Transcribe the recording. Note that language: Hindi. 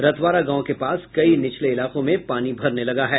रतवारा गांव के पास कई निचले इलाकों में पानी भरने लगा है